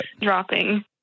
dropping